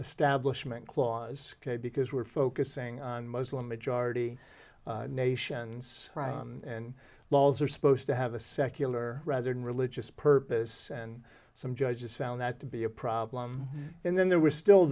establishment clause because we're focusing on muslim majority nations and laws are supposed to have a secular rather than religious purpose and some judges found that to be a problem and then there was still